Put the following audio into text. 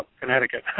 Connecticut